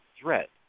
threat